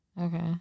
Okay